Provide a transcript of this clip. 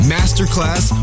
Masterclass